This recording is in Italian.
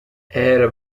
era